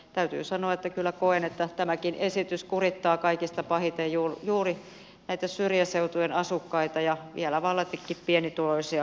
täytyy sanoa että kyllä koen että tämäkin esitys kurittaa kaikista pahiten juuri näitä syrjäseutujen asukkaita ja vielä vallatikin pienituloisia ihmisiä siellä